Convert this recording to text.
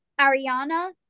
Ariana